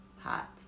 hot